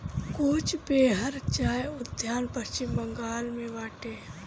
कोच बेहर चाय उद्यान पश्चिम बंगाल में बाटे